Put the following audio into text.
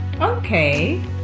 okay